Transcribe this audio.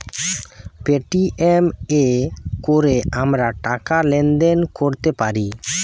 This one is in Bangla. পেটিএম এ কোরে আমরা টাকা লেনদেন কোরতে পারি